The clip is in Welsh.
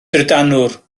drydanwr